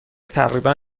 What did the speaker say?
تقریبا